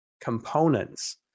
components